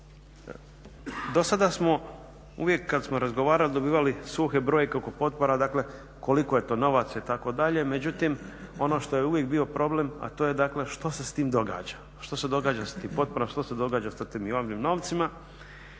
Do sada smo uvijek kad smo razgovarali dobivali suhe brojke oko potpora, dakle koliko je to novaca itd., međutim ono što je uvijek bio problem, a to je dakle što se s tim događa, što se događa s tim potporama, što se događa s tim javnim novcima